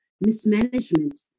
mismanagement